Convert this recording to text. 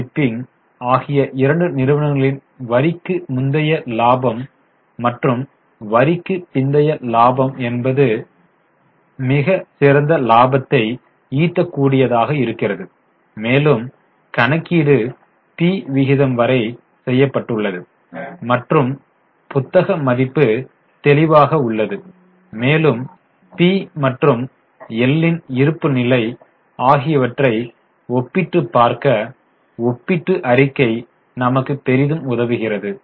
shipping ஆகிய இரண்டு நிறுவனங்களின் வரிக்கு முந்தைய லாபம் மற்றும் வரிக்குப் பிந்தைய லாபம் என்பது மிகச் சிறந்த லாபத்தை ஈட்டக்கூடிய தாக இருக்கிறது மேலும் கணக்கீடு பி விகிதம் வரை செய்யப்பட்டுள்ளது மற்றும் புத்தக மதிப்பு தெளிவாக உள்ளது மேலும் பி மற்றும் எல் ன் இருப்பு நிலை ஆகியவற்றை ஒப்பிட்டுப் பார்க்க ஒப்பீட்டு அறிக்கை நமக்கு பெரிதும் உதவுகிறது